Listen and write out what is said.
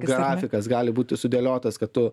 grafikas gali būti sudėliotas kad tu